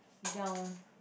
down